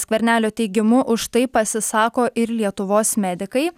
skvernelio teigimu už tai pasisako ir lietuvos medikai